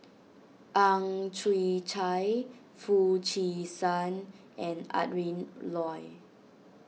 Ang Chwee Chai Foo Chee San and Adrin Loi